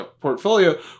portfolio